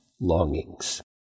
longings